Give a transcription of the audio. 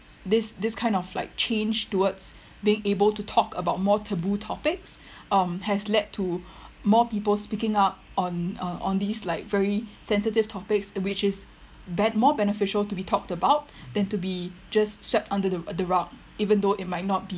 this this kind of change towards being able to talk about more taboo topics um has lead to more people speaking up on uh on these like very sensitive topics which is be~ more beneficial to be talked about than to be just swept under the the rug even though it might not be